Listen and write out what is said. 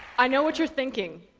i know what you're thinking!